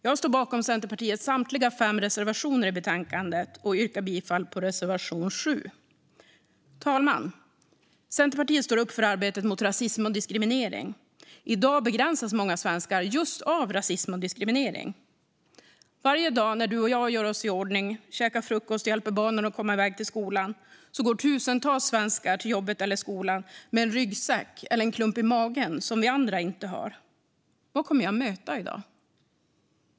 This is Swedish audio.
Jag står bakom Centerpartiets samtliga fem reservationer i betänkandet och yrkar bifall till reservation 7. Fru talman! Centerpartiet står upp för arbetet mot rasism och diskriminering. I dag begränsas många svenskar av just rasism och diskriminering. Varje dag när du och jag gör oss i ordning, käkar frukost och hjälper barnen att komma iväg till skolan går tusentals svenskar till jobbet eller skolan med en ryggsäck eller en klump i magen som vi andra inte har: Vad kommer jag möta i dag?